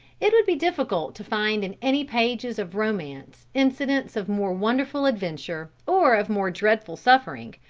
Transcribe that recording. it would be difficult to find in any pages of romance incidents of more wonderful adventure, or of more dreadful suffering,